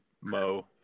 Mo